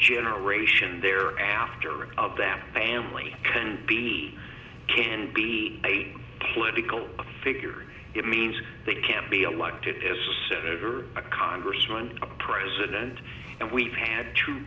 generation they're after of that family can be can be a political figure it means they can't be elected as a senator or a congressman a president and we've had two